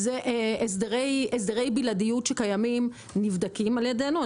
אלה הסדרי בלעדיות שקיימים, נבדקים על ידינו.